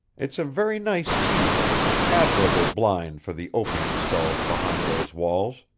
it's a very nice tea-room, an admirable blind for the opium stalls behind those walls.